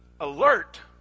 alert